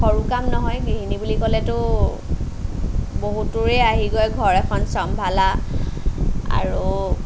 সৰু কাম নহয় গৃহিণী বুলি ক'লেটো বহুতৰে আহি গৈ ঘৰ এখন চম্ভালা আৰু